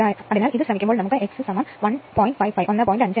അതിനാൽ ഇത് ശ്രമിക്കുമ്പോൾ നമുക്ക് x 1